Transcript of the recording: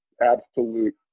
absolute